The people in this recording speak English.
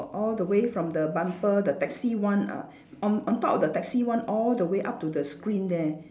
all the way from the bumper the taxi one uh on on top of the taxi one all the way up to the screen there